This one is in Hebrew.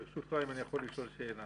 ברשותך, אשאל שאלה: